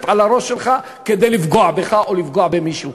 על הראש שלך כדי לפגוע בך או לפגוע במישהו,